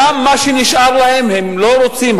גם מה שנשאר להם הם לא רוצים,